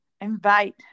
invite